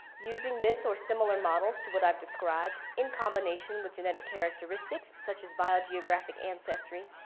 using this or similar models to what i've described in combination with genetic characteristics such as biogeographic and so history,